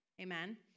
Amen